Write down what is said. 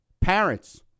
Parents